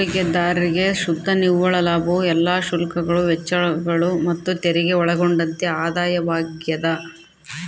ಹೂಡಿಕೆದಾರ್ರಿಗೆ ಶುದ್ಧ ನಿವ್ವಳ ಲಾಭವು ಎಲ್ಲಾ ಶುಲ್ಕಗಳು ವೆಚ್ಚಗಳು ಮತ್ತುತೆರಿಗೆ ಒಳಗೊಂಡಂತೆ ಆದಾಯವಾಗ್ಯದ